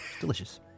delicious